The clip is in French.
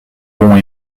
bond